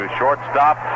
shortstop